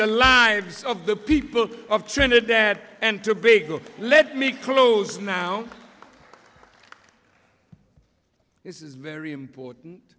the lives of the people of trinidad and tobago let me close now this is very important